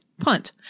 punt